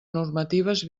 normatives